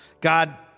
God